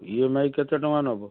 E M I କେତେ ଟଙ୍କା ନେବ